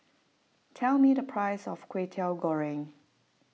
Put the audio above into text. tell me the price of Kway Teow Goreng